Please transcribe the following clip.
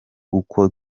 uko